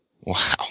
Wow